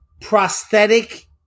Prosthetic